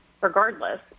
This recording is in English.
regardless